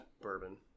bourbon